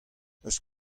eus